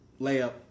Layup